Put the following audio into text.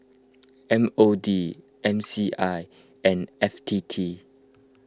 M O D M C I and F T T